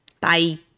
bye